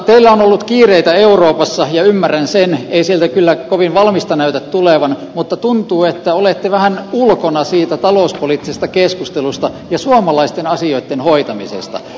teillä on ollut kiireitä euroopassa ja ymmärrän sen ei sieltä kyllä kovin valmista näytä tulevan mutta tuntuu että olette vähän ulkona siitä talouspoliittisesta keskustelusta ja suomalaisten asioitten hoitamisesta